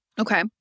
Okay